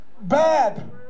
bad